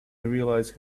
realize